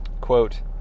Quote